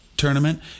tournament